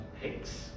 pigs